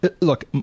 look